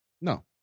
No